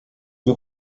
que